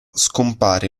scompare